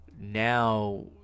Now